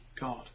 God